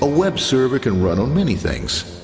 ah web server can run on many things,